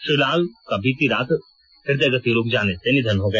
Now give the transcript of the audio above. श्री लाल का बीती देर रात हृदय गति रुक जाने से निधन हो गया